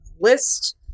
list